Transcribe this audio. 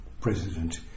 president